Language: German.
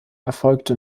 erfolgte